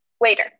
waiter